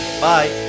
Bye